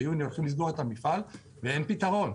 ביוני הולכים לסגור את המפעל ואין פתרון.